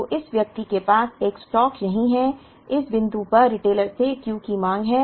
तो इस व्यक्ति के पास एक स्टॉक यहीं है इस बिंदु पर रिटेलर से Q की मांग है